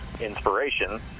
Inspiration